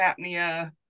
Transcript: apnea